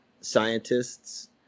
scientists